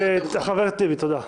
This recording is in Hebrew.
חבר הכנסת טיבי, תודה.